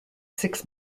six